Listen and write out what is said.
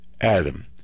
Adam